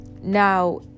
Now